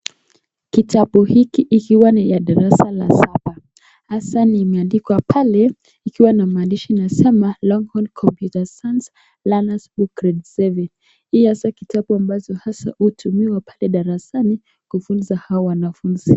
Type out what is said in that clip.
Kitabu hiki ikiwa ni ya darasa la saba hasa limeandikwa pale ikiwa na maandishi inasema Longhorn Computer Science Learner's Book Grade 7. Hii hasa kitabu ambacho haswa hutumiwa pale darasani kufuza hawa wanafuzi.